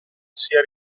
sia